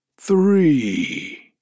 three